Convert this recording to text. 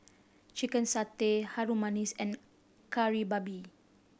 chicken satay Harum Manis and Kari Babi